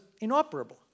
inoperable